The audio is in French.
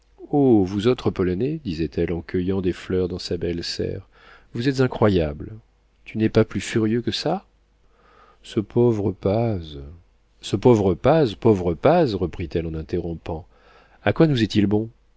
vous autres polonais disait-elle en cueillant des fleurs dans sa belle serre vous êtes incroyables tu n'es pas plus furieux que ça ce pauvre paz ce pauvre paz pauvre paz reprit-elle en interrompant à quoi nous est-il bon